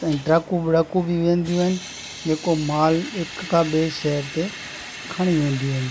ऐं ट्रकू व्रकू बि वेंदियूं आहिनि जेको माल हिक खां ॿिए शहर ते खणी वेंदियूं आहिनि